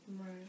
Right